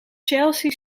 chelsea